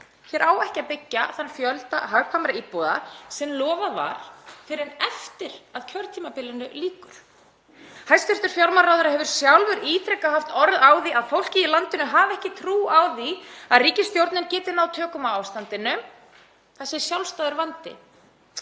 Hér á ekki að byggja þann fjölda hagkvæmra íbúða sem lofað var fyrr en eftir að kjörtímabilinu lýkur. Hæstv. fjármálaráðherra hefur sjálfur ítrekað haft orð á því að fólkið í landinu hafi ekki trú á því að ríkisstjórnin geti náð tökum á ástandinu og það sé sjálfstæður vandi.